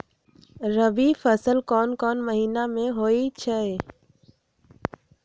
रबी फसल कोंन कोंन महिना में होइ छइ?